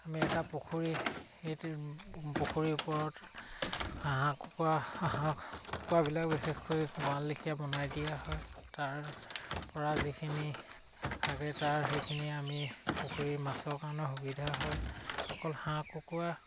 আমি এটা পুখুৰী সেই পুখুৰীৰ ওপৰত হাঁহ কুকুৰা হাঁহ কুকুৰাবিলাক বিশেষকৈ গঁৰাল লিখীয়া বনাই দিয়া হয় তাৰ পৰা যিখিনি থাকে তাৰ সেইখিনি আমি পুখুৰীৰ মাছৰ কাৰণে সুবিধা হয় অকল হাঁহ কুকুৰা